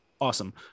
Awesome